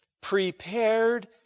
prepared